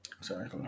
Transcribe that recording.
Sorry